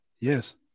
Yes